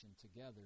together